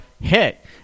hit